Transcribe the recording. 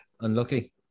unlucky